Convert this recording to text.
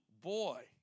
boy